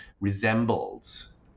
resembles